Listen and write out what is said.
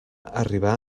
arribar